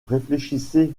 réfléchissez